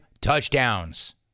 touchdowns